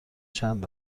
چند